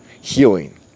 healing